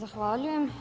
Zahvaljujem.